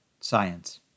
Science